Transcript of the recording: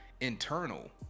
internal